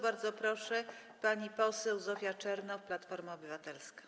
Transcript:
Bardzo proszę pani poseł Zofia Czernow, Platforma Obywatelska.